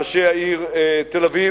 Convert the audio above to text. ראשי העיר תל-אביב,